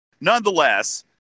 nonetheless